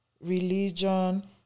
religion